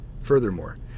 Furthermore